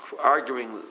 arguing